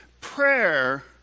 Prayer